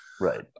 Right